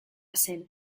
zen